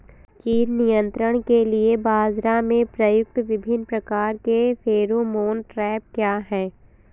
कीट नियंत्रण के लिए बाजरा में प्रयुक्त विभिन्न प्रकार के फेरोमोन ट्रैप क्या है?